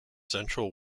central